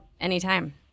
Anytime